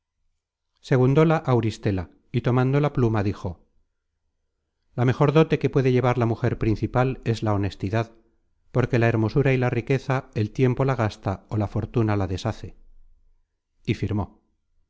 firmó segundóla auristela y tomando la pluma dijo la mejor dote que puede llevar la mujer principal es la honestidad porque la hermosura y la riqueza el tiempo la gasta ó la for tuna la deshace y firmó